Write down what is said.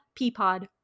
Peapod